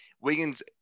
Wiggins